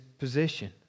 position